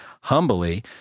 humbly